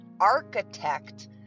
architect